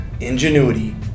ingenuity